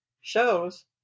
shows